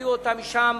הוציאו אותם משם